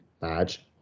badge